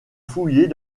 fouiller